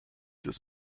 des